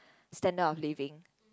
standard of living